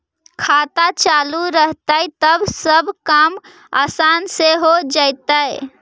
खाता चालु रहतैय तब सब काम आसान से हो जैतैय?